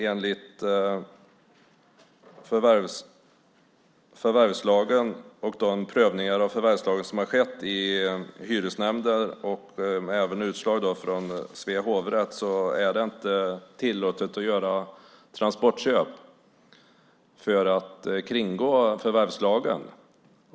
Enligt förvärvslagen och de prövningar av förvärvslagen som har skett i hyresnämnder och även i Svea hovrätt är det inte tillåtet att göra transportköp för att kringgå förvärvslagen.